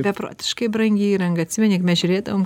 beprotiškai brangi įranga atsimeni mes žiūrėdavom